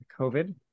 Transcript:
COVID